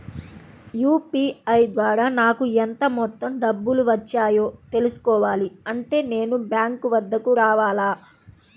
UPI ద్వారా నాకు ఎంత మొత్తం డబ్బులు వచ్చాయో తెలుసుకోవాలి అంటే నేను బ్యాంక్ వద్దకు రావాలా?